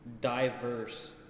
diverse